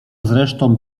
zresztą